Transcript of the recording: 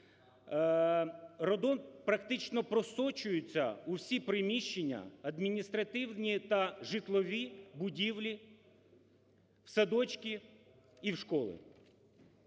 радон практично просочується в усі приміщення, адміністративні та житлові будівлі, в садочки, і в школи.